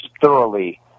thoroughly